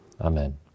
Amen